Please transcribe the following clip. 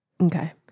Okay